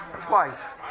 twice